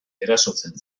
erasotzen